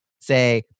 say